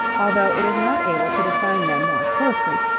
although it is not able to define them more closely,